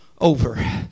over